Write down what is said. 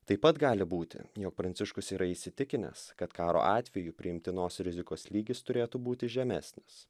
taip pat gali būti jog pranciškus yra įsitikinęs kad karo atveju priimtinos rizikos lygis turėtų būti žemesnis